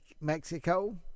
Mexico